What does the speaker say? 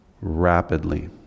rapidly